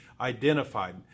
identified